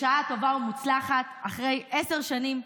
בשעה טובה ומוצלחת, אחרי עשר שנים,